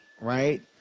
right